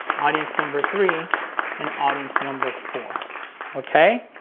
audience number three and audience number four okay?